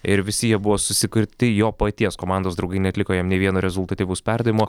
ir visi jie buvo susikurti jo paties komandos draugai neatliko jam nė vieno rezultatyvaus perdavimo